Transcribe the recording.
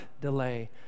delay